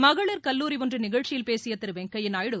மகளிர் கல்லூரி ஒன்றின் நிகழ்ச்சில் பேசிய திரு வெங்கையா நாயுடு